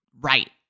right